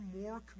more